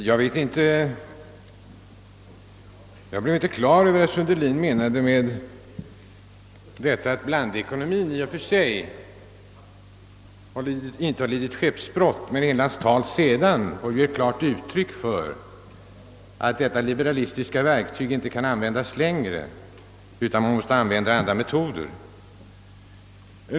Herr talman! Jag blev inte på det klara med vad herr Sundelin menade när en aktiv lokaliseringspolitik han sade, att blandekonomien som sådan inte lidit skeppsbrott. Hela hans anförande gav ju ett klart uttryck för att detta liberalistiska verktyg inte kan användas längre, utan att det krävs andra metoder.